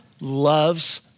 loves